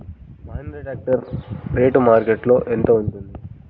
Mahindra tractor rate మార్కెట్లో యెంత ఉంటుంది?